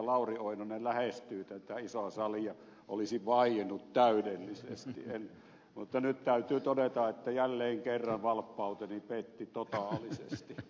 lauri oinonen lähestyy tätä isoa salia olisin vaiennut täydellisesti mutta nyt täytyy todeta että jälleen kerran valppauteni petti totaalisesti